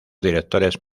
directores